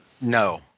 No